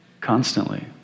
Constantly